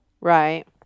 Right